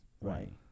Right